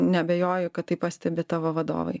neabejoju kad tai pastebi tavo vadovai